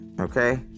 okay